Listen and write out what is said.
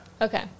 Okay